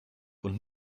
und